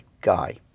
guy